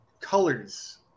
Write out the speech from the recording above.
colors